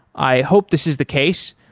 i hope this is the case,